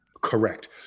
Correct